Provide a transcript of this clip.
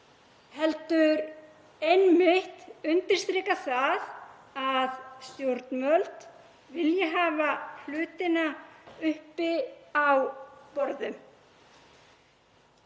heldur einmitt undirstrika það að stjórnvöld vilji hafa hlutina uppi á borðum.